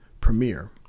premiere